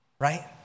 Right